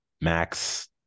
max